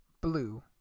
blue